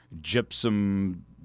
gypsum